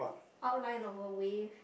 outline of a wave